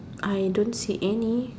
I don't see any